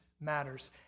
matters